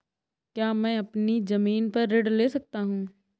क्या मैं अपनी ज़मीन पर ऋण ले सकता हूँ?